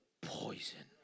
poison